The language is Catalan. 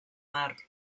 mar